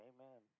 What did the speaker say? Amen